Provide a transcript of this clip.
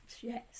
Yes